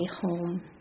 home